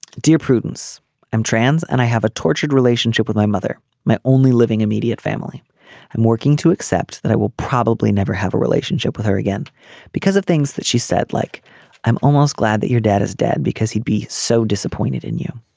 dear prudence i'm trans and i have a tortured relationship with my mother. my only living immediate family i'm working to accept that i will probably never have a relationship with her again because of things that she said like i'm almost glad that your dad is dead because he'd be so disappointed in you.